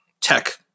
tech